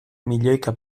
milioika